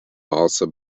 also